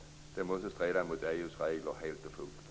Det måste väl ändå helt och fullt strida mot EU:s regler.